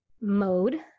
mode